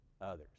others